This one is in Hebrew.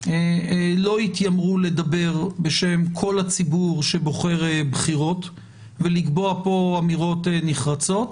לא יתיימרו לדבר בשם כל הציבור שבוחר בחירות ולקבוע כאן אמירות נחרצות.